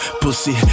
pussy